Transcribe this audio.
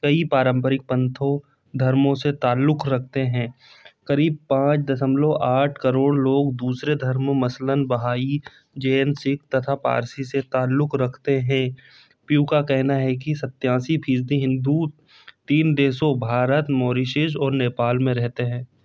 कई पारंपरिक पंथों धर्मों से तालुक रखते हैं क़रीब पाँच दशमलव आठ करोड़ लोग दूसरे धर्म मसलन बहाई जैन सिख तथा पारसी से तालुक रखते है पी यू का कहना है कि सत्तासी फ़ीसद हिन्दू तीन देशों भारत मॉरिसिस और नेपाल मे रहते हैं